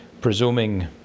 Presuming